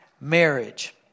marriage